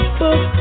book